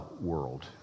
world